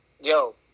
yo